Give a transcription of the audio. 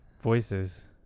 voices